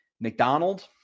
McDonald